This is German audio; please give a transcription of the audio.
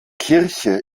kirche